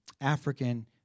African